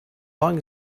long